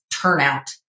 turnout